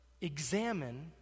examine